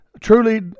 truly